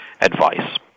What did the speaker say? advice